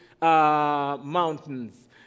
mountains